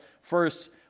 First